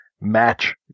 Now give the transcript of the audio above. match